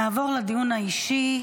נעבור לדיון האישי.